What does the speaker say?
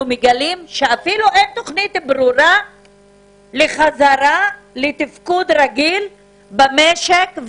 אנחנו מגלים שאפילו אין תוכנית ברורה לחזרה לתפקוד רגיל במשק,